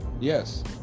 Yes